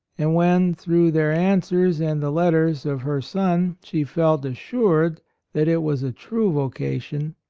and when, through their answers and the letters of her son, she felt as sured that it was a true voca tion,